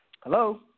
Hello